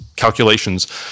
Calculations